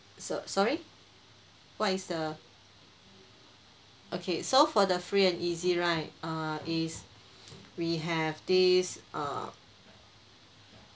so sorry what is the okay so for the free and easy right err is we have these err